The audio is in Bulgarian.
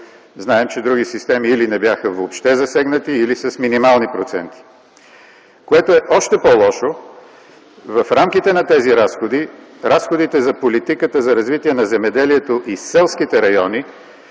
Знаем, че други системи или не бяха въобще засегнати, или - с минимални проценти. Което е още по-лошо в рамките на тези разходи, разходите за политиката за развитие на земеделието и селските райони